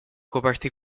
coperti